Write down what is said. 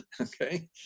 okay